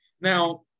Now